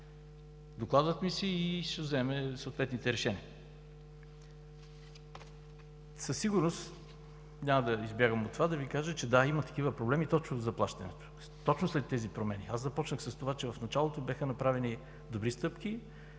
докладват ми се и ще вземем съответните решения. Със сигурност няма да избягам от това да кажа, че да, има такива проблеми точно в заплащането и точно след тези промени. Започнах с това, че в началото бяха направени добри стъпки.